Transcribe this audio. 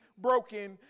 broken